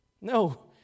No